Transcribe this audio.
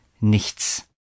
nichts